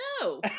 No